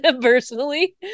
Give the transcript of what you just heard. personally